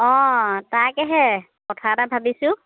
অঁ তাকেহে কথা এটা ভাবিছোঁ